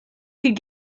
could